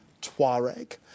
Tuareg